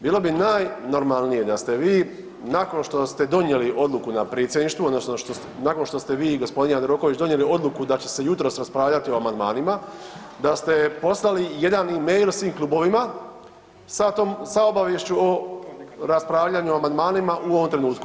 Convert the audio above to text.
Bilo bi najnormalnije da ste vi nakon što ste donijeli odluku na Predsjedništvu, odnosno nakon što ste vi i g. Jandroković donijeli odluku da će se jutros raspravljati o amandmanima, da ste poslali i jedan e-mail svim klubovima sa obaviješću o raspravljanju o amandmanima u ovom trenutku.